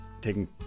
taking